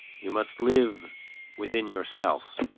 you must live within yourself,